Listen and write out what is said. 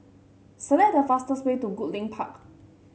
select the fastest way to Goodlink Park